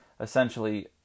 essentially